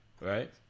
right